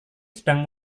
sedang